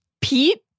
Pete